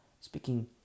speaking